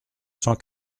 cent